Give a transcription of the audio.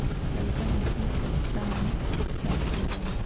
ललका मटिया चट्टान प्राप्त होबा हई